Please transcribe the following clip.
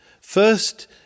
First